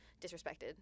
disrespected